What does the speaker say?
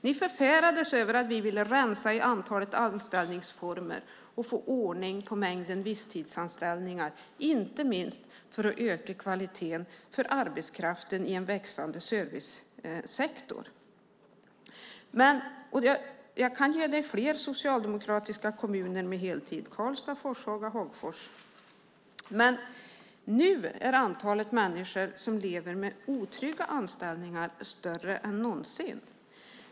Ni förfärades över att vi ville rensa i antalet anställningsformer och få ordning på mängden visstidsanställningar, inte minst för att öka kvaliteten för arbetskraften i en växande servicesektor. Jag kan nämna fler socialdemokratiska kommuner som erbjuder heltider: Karlstad, Forshaga och Hagfors. Nu är antalet människor som lever med otrygga anställningar större än någonsin.